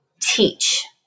teach